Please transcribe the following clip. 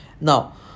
Now